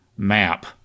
map